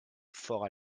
fort